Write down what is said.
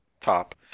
top